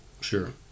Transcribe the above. Sure